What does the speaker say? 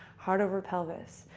heart over pelvis.